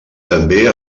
també